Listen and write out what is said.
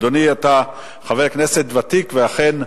אדוני, אתה חבר כנסת ותיק, ואכן,